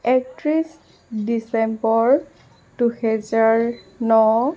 একত্ৰিছ ডিচেম্বৰ দুহেজাৰ ন